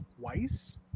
twice